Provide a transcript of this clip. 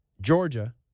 Georgia